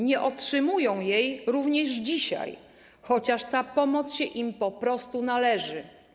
Nie otrzymują jej również dzisiaj, chociaż ta pomoc im się po prostu należy.